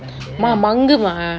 mah mangu mah